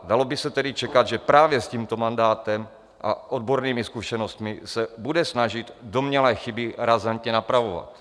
Dalo by se tedy čekat, že právě s tímto mandátem a odbornými zkušenostmi se bude snažit domnělé chyby razantně napravovat.